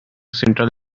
central